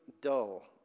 dull